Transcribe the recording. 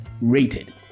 rated